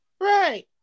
Right